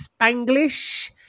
Spanglish